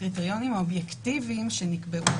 הקריטריונים האובייקטיביים שנקבעו,